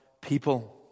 people